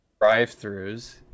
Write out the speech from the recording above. drive-throughs